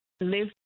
live